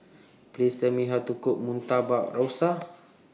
Please Tell Me How to Cook Murtabak Rusa